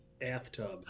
Bathtub